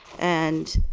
and,